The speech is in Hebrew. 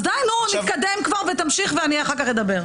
די, נו, נתקדם כבר ותמשיך ואני אחר כך אדבר.